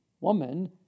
woman